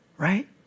right